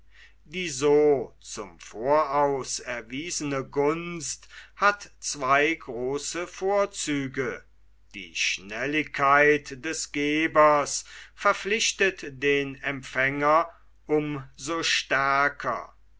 die so zum voraus erwiesene gunst hat zwei große vorzüge die schnelligkeit des gebers verpflichtet den empfänger um so stärker